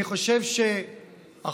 אני חושב שהחוק